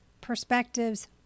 perspectives